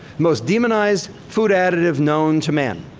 most demonized food additive known to man.